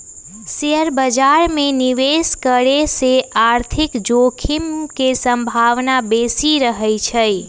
share बाजार में निवेश करे से आर्थिक जोखिम के संभावना बेशि रहइ छै